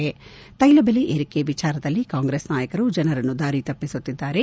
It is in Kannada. ತ್ನೆಲಬೆಲೆ ಏರಿಕೆ ವಿಚಾರದಲ್ಲಿ ಕಾಂಗ್ರೆಸ್ ನಾಯಕರು ಜನರನ್ನು ದಾರಿ ತಪ್ಪಿಸುತ್ತಿದ್ದಾರೆ